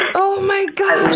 oh my gosh!